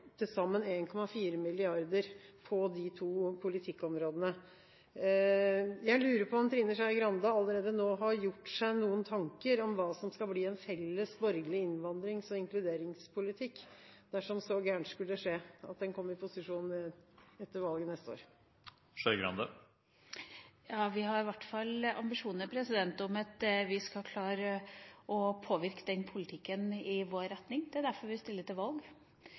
til sammen 1,4 mrd. kr på de to politikkområdene. Jeg lurer på om Trine Skei Grande allerede nå har gjort seg noen tanker om hva som skal bli en felles borgerlig innvandrings- og inkluderingspolitikk – dersom så gærent skulle skje at de kommer i posisjon etter valget neste år. Ja, vi har i hvert fall ambisjoner om at vi skal klare å påvirke politikken i vår retning. Det er derfor vi stiller til valg.